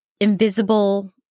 invisible